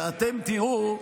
ואתם תראו,